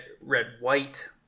red-white